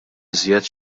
iżjed